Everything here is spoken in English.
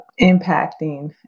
impacting